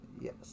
Yes